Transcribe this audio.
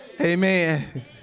Amen